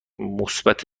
مثبت